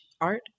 art